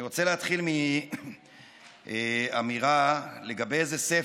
אני רוצה להתחיל מאמירה לגבי איזה ספר.